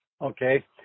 Okay